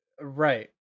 Right